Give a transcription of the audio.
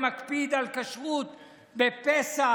שמקפיד על כשרות בפסח.